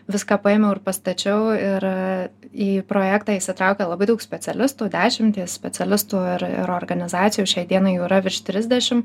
viską paėmiau ir pastačiau ir į projektą įsitraukė labai daug specialistų dešimtys specialistų ir ir organizacijų šiai dienai jau yra virš trisdešim